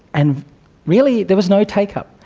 and really there was no take-up.